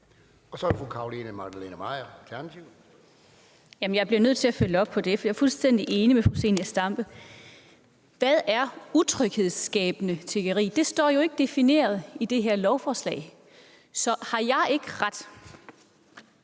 Kl. 12:14 Carolina Magdalene Maier (ALT): Jeg bliver nødt til at følge op på det, for jeg er fuldstændig enig med fru Zenia Stampe: Hvad er utryghedsskabende tiggeri? Det står jo ikke defineret i det her lovforslag. Så har jeg ikke ret,